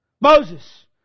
Moses